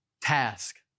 task